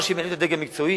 מה שממליץ הדרג המקצועי,